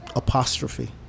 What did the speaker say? Apostrophe